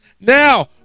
now